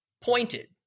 pointed